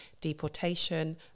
deportation